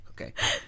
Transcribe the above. okay